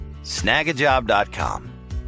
Snagajob.com